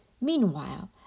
Meanwhile